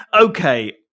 Okay